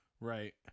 right